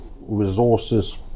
resources